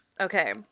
Okay